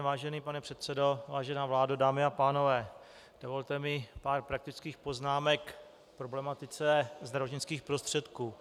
Vážený pane předsedo, vážená vládo, dámy a pánové, dovolte mi pár praktických poznámek k problematice zdravotnických prostředků.